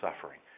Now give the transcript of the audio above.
suffering